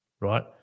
right